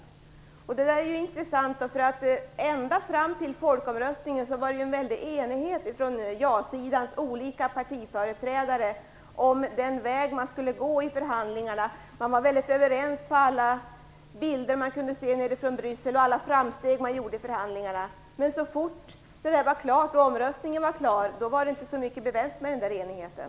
Det är intressant, därför att ända fram till folkomröstningen var det en stor enighet bland ja-sidans olika partiföreträdare om den väg man skulle gå i förhandlingarna. I alla rapporter från Bryssel var man överens, och det gjordes framsteg i förhandlingarna. Men så fort folkomröstningen var klar var det inte så mycket bevänt med enigheten.